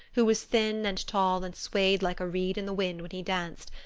who was thin and tall and swayed like a reed in the wind when he danced,